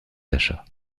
achat